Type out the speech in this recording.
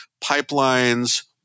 pipelines